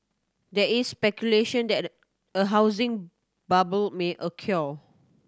there is speculation that a housing bubble may occur